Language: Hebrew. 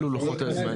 אלו לוחות הזמנים?